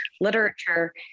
literature